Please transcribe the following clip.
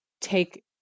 take